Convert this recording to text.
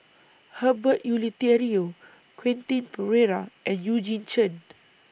Herbert Eleuterio Quentin Pereira and Eugene Chen